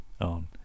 on